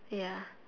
ya